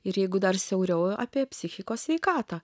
ir jeigu dar siauriau apie psichikos sveikatą